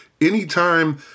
anytime